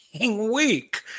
week